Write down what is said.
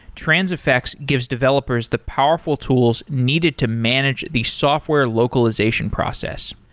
transifex gives developers the powerful tools needed to manage the software localization process.